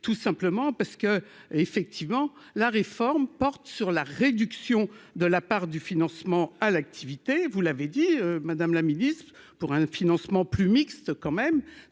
tout simplement parce que, effectivement, la réforme porte sur la réduction de la part du financement à l'activité, et vous l'avez dit, Madame la Ministre, pour un financement plus mixte quand même